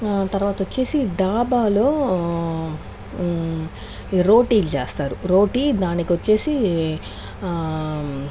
తర్వాత వచ్చేసి ధాబాలో రోటీలు చేస్తారు రోటీ దానికి వచ్చేసి